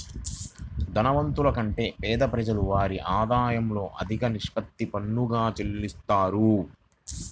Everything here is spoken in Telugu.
ధనవంతుల కంటే పేద ప్రజలు వారి ఆదాయంలో అధిక నిష్పత్తిని పన్నుగా చెల్లిత్తారు